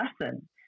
lesson